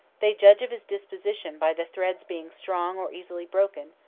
they judge of his disposition by the thread's being strong or easily broken,